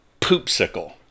poopsicle